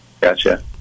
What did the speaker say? Gotcha